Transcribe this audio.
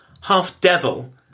half-devil